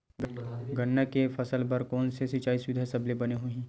गन्ना के फसल बर कोन से सिचाई सुविधा सबले बने होही?